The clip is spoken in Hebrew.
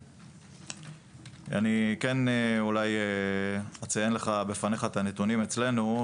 אני כן אציין בפניך את הנתונים אצלנו.